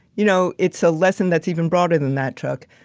you know, it's a lesson that's even broader than that, chuck.